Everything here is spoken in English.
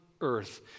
earth